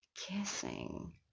kissing